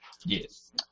Yes